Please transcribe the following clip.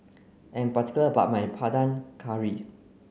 I am particular about my Panang Curry